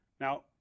Now